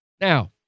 Now